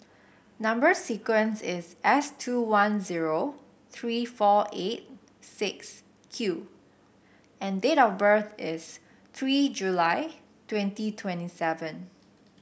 number sequence is S two one zero three four eight six Q and date of birth is three July twenty twenty seven